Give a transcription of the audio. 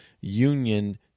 union